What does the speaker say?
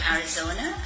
Arizona